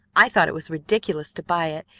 i thought it was ridiculous to buy it,